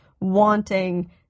wanting